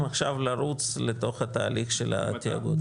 לרוץ עכשיו לתוך התהליך של התיאגוד.